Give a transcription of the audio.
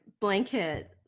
blanket